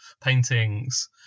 paintings